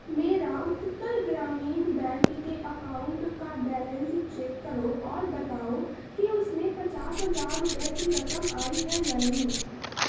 میرا اتکل گرامین بینک کے اکاؤنٹ کا بیلنس چیک کرو اور بتاؤ کہ اس میں پچاس ہزار روپے کی رقم آئی ہے یا نہیں